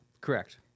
Correct